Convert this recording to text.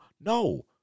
No